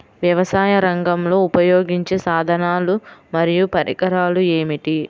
వ్యవసాయరంగంలో ఉపయోగించే సాధనాలు మరియు పరికరాలు ఏమిటీ?